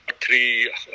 three